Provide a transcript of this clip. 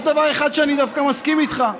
יש דבר אחד שאני דווקא מסכים איתך עליו.